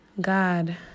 God